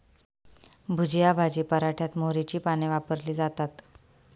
भुजिया भाजी पराठ्यात मोहरीची पाने वापरली जातात